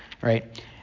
right